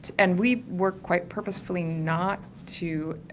and we work quite purposefully not to,